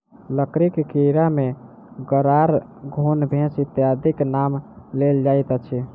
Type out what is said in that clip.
लकड़ीक कीड़ा मे गरार, घुन, भेम इत्यादिक नाम लेल जाइत अछि